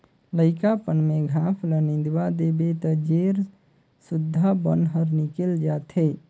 लइकापन में घास ल निंदवा देबे त जेर सुद्धा बन हर निकेल जाथे